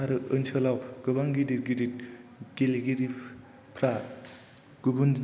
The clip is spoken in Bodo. आरो ओनसोलाव गोबां गिदिर गिदिर गेलेगिरिफोरा गुबुन